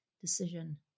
decision